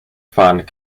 fund